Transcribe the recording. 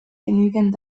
genügend